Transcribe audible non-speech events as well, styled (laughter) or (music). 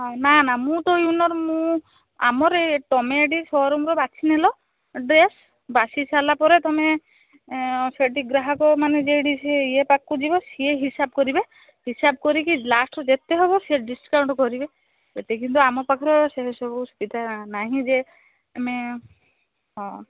ହଁ ନା ନା ମୁଁ ତ (unintelligible) ମୁଁ ଆମର ଇଏ ତମେ ଏଟି ସୋରୁମ୍ ର ବାଛିନେଲ ଡ୍ରେସ୍ ବାଛି ସାରିଲା ପରେ ତମେ ଏଁ ସେଇଟି ଗ୍ରାହକମାନେ ଯେଇଟି ସିଏ ଇଏ ପାଖକୁ ଯିବ ସିଏ ହିସାବ କରିବେ ହିସାବ କରିକି ଲାଷ୍ଟକୁ ଯେତେ ହେବ ସିଏ ଡିସକାଉଣ୍ଟ କରିବେ ସେତିକି ତ ଆମ ପାଖରେ ସେ ସବୁ ସୁବିଧା ନାହିଁ ଯେ ଆମେ ହଁ